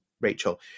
rachel